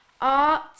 art